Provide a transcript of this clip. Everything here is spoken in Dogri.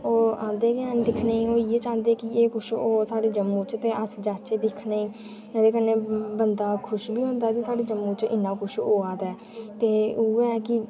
ओह् आंदे गै है'न दिक्खने गी इ'य़ै चाहंदे के होऐ कुछ होर ते अस जाह्चै दिक्खने गी ते एह्दे कन्नै बंदा खुश बी होंदा की साढ़े जम्मू च कुछ होआ दा ऐ ते उ'ऐ के